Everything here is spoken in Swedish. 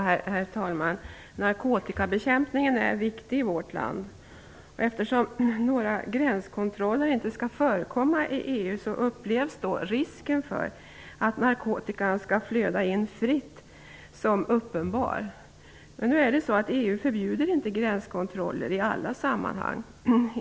Herr talman! Narkotikabekämpningen är viktig i vårt land. Eftersom några gränskontroller inte skall förekomma i EU, upplevs risken för att narkotikan skall flöda in fritt som uppenbar. Men EU förbjuder inte gränskontroller i alla sammanhang.